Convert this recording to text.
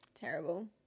Terrible